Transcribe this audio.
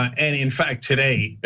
and in fact today,